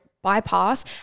Bypass